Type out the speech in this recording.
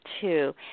two